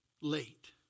late